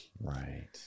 Right